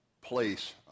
place